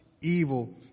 evil